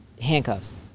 handcuffs